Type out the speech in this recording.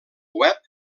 web